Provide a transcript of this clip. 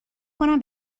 کنم